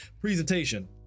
presentation